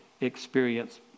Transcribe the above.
experience